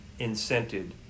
incented